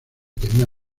tenía